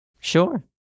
Sure